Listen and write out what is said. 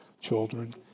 children